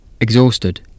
Exhausted